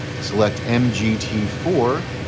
select mgt four.